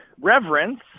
reverence